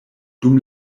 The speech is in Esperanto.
dum